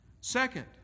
Second